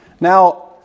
Now